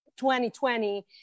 2020